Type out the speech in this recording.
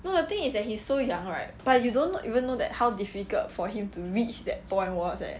no the thing is that he's so young right but you don't even know that how difficult for him to reach that point was leh